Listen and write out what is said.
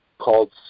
called